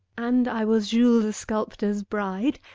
and i was jules the sculptor's bride.